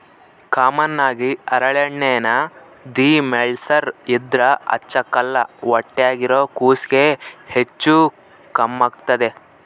common ಆಗಿ ಹರಳೆಣ್ಣೆನ ದಿಮೆಂಳ್ಸೇರ್ ಇದ್ರ ಹಚ್ಚಕ್ಕಲ್ಲ ಹೊಟ್ಯಾಗಿರೋ ಕೂಸ್ಗೆ ಹೆಚ್ಚು ಕಮ್ಮೆಗ್ತತೆ